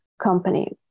company